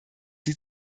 sie